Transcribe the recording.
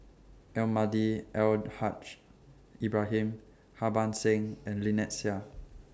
Almahdi Al Haj Ibrahim Harbans Singh and Lynnette Seah